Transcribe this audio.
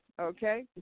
okay